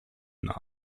namen